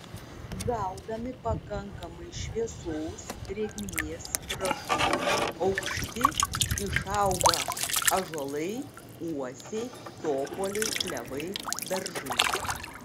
gaudami pakankamai šviesos drėgmės trąšų aukšti išauga ąžuolai uosiai topoliai klevai beržai